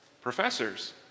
professors